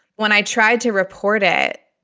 when i tried to report it.